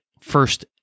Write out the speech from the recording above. first